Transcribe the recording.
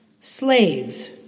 Slaves